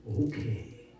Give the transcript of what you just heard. okay